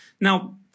Now